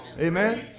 Amen